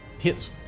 Hits